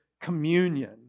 communion